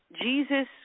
Jesus